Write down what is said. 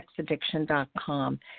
sexaddiction.com